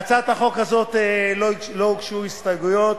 להצעת החוק הזאת לא הוגשו הסתייגויות,